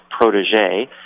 protege